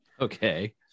okay